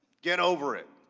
get over it.